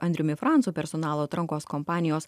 andriumi francu personalo atrankos kompanijos